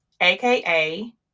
AKA